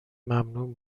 ممنون